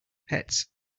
pets